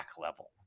level